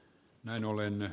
näin ollen